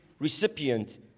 recipient